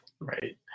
Right